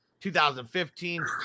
2015